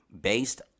based